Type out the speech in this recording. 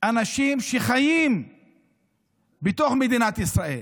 אנשים שחיים בתוך מדינת ישראל,